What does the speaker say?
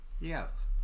Yes